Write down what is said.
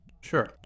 Sure